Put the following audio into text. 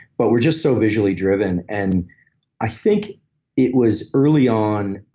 but we're just so visually driven, and i think it was early on,